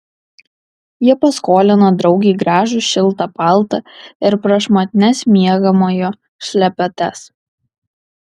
ji paskolino draugei gražų šiltą paltą ir prašmatnias miegamojo šlepetes